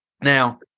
Now